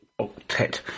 Octet